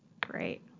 Great